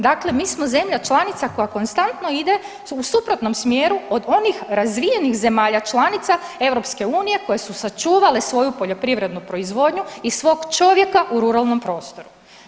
Dakle, mi smo zemlja članica koja konstantno ide u suprotnom smjeru od onih razvijenih zemalja članica EU koje su sačuvale svoju poljoprivrednu proizvodnju i svog čovjeka u ruralnom prostoru.